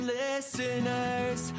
listeners